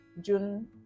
June